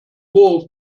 wurf